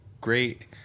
great